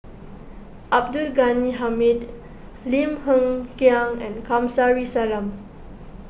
Abdul Ghani Hamid Lim Hng Kiang and Kamsari Salam